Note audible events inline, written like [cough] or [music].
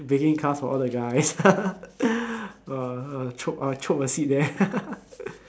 baking class for all the guys [laughs] I'll chope I'll chope a seat there